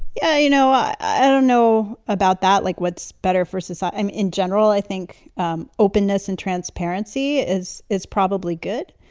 yeah, you know. i don't know about that. like, what's better for society and in general? i think um openness and transparency is is probably good.